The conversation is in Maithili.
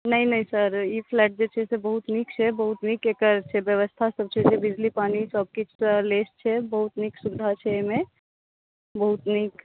नहि नहि सब ई फ्लैट जे छै बहुत नीक छै बहुत नीक एकर व्यवस्था सब छै बिजली पानी सब किछु सॅं लेस छै बहुत नीक सुविधा छै एहिमे बहुत नीक